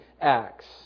acts